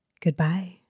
Goodbye